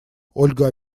ольга